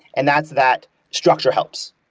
and that's that structure helps.